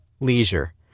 Leisure